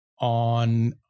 on